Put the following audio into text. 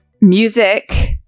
music